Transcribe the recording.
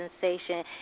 sensation